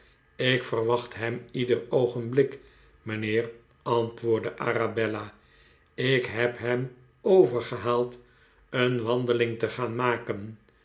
ik verwacht hem ieder oogenblik mijnheer antwoordde arabella ik heb hem overgehaald een wandeling te gaan maken